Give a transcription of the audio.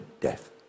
death